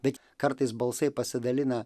bet kartais balsai pasidalina